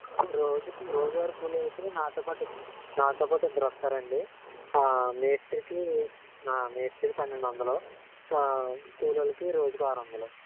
ఒక రోజుకు రోజువారి కూలీ అయితే నాతో పాటు నాతో పాటు ఇద్దరు వస్తారండి మేస్త్రీకి నా మేస్త్రీకి పన్నెండు వందలు కూలీ వాళ్ళకి రోజుకు ఆరు వందలు